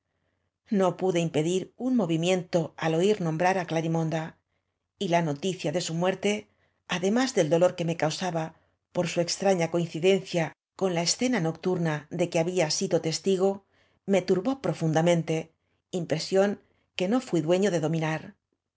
no pude impedir un movimiento al oir nombrar á clarimonda y la noticia de su muerte además del dolor qae me causaba por su extraña coinciden cia con la escena nocturna de que había sido testigo me turbó profundamente impresión que no fui dueño de dominar